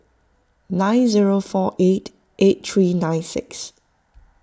nine zero four eight eight three nine six